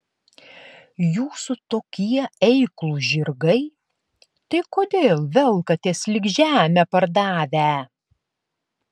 jūsų tokie eiklūs žirgai tai kodėl velkatės lyg žemę pardavę